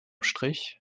strich